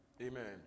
Amen